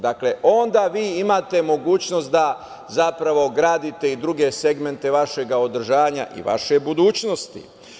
Dakle, onda vi imate mogućnost da zapravo gradite i druge segmente vašeg održanja i vaše budućnosti.